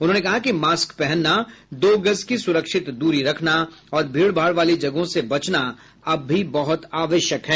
उन्होंने कहा कि मास्क पहनना दो गज की सुरक्षित दूरी रखना और भीड़ भाड़ वाली जगहों से बचना अब भी बहुत आवश्यक है